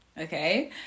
okay